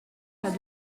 pas